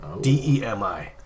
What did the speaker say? D-E-M-I